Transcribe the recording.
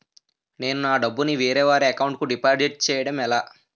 నేను నా డబ్బు ని వేరే వారి అకౌంట్ కు డిపాజిట్చే యడం ఎలా?